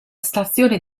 stazione